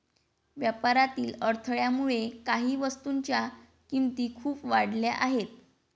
व्यापारातील अडथळ्यामुळे काही वस्तूंच्या किमती खूप वाढल्या आहेत